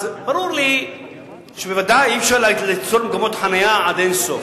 ברור לי שבוודאי אי-אפשר ליצור מקומות חנייה עד אין-סוף.